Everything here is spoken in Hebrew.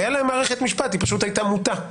הייתה להם מערכת משפט, היא פשוט הייתה מוטה.